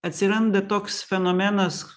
atsiranda toks fenomenas